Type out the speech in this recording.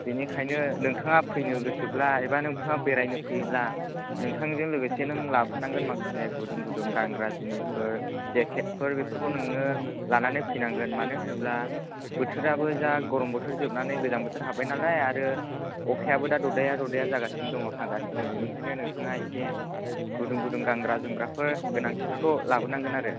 बेनिखायनो नोंथाङा फैनो गोसोब्ला एबा नोंथाङा बेरायनो फैयोब्ला नोंथांजों लोगोसे नों लाबोफानांगोन माखासे गुदुं गुदुं गानग्रा जिनिसफोर जेकेटफोर बेफोरखौ नोङो लानानै फैनांगोन मानो होनोब्ला बोथोराबो जा गरम बोथोर जोबनानै गोजां बोथोर हाब्बाय नालाय आरो अखायाबो दा ददाया ददाया जागासिनो दङ हागासिनो बेनिखायनो नोंथाङा इसे गुदुं गुदुं गानग्रा जोमग्राफोर गोनांथिफोरखौ लाबोनांगोन आरो